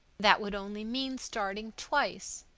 that would only mean starting twice.